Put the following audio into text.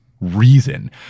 reason